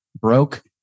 broke